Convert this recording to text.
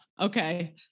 okay